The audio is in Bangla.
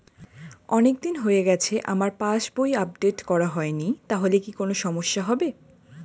অনেকদিন হয়ে গেছে আমার পাস বই আপডেট করা হয়নি তাহলে কি কোন সমস্যা হবে?